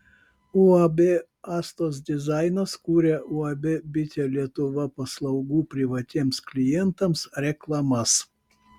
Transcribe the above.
uab astos dizainas kuria uab bitė lietuva paslaugų privatiems klientams reklamas